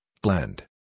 blend